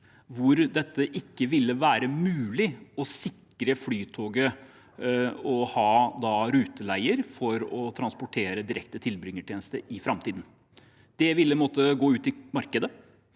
hvor det ikke ville være mulig å sikre Flytoget å ha ruteleier for å transportere i direkte tilbringertjeneste i framtiden. Det ville måtte gå ut i markedet.